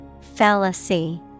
Fallacy